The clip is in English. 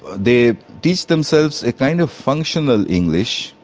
they teach themselves a kind of functional english.